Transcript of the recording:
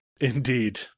Indeed